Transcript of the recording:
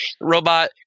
robot